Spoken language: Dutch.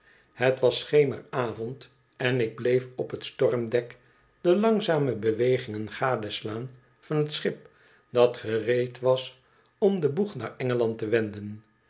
het was schemeravond en ik bleef op het stormdek de langzame bewegingen gadeslaan van het schip dat gereed was om den boegnaar engeland te wenden